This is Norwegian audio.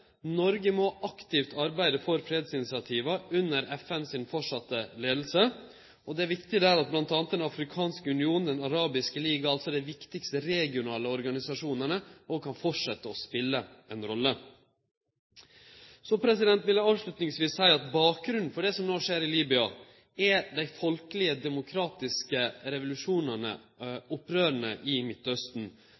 Noreg må aktivt arbeide for fredsinitiativ, framleis under FNs leiing. Det er viktig der at bl.a. Den afrikanske union og Den arabiske liga – altså dei viktigaste regionale organisasjonane – kan fortsetje å spele ei rolle. Så vil eg avslutningsvis seie at bakgrunnen for det som no skjer i Libya, er dei folkelege demokratiske revolusjonane,